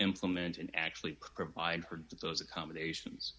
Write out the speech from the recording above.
implement and actually provide for those accommodations